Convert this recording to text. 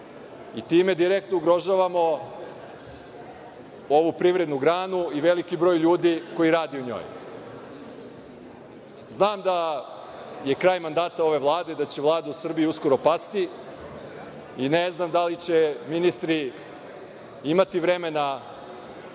i time direktno ugrožavamo ovu privrednu granu i veliki broj ljudi koji radi u njoj. Znam da je kraj mandata ove Vlade i da će Vlada u Srbiji uskoro pasti, i ne znam da li će ministri imati vremena,